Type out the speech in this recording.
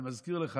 אני מזכיר לך,